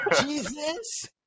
Jesus